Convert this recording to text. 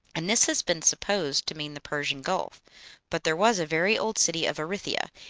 and this has been supposed to mean the persian gulf but there was a very old city of erythia,